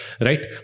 right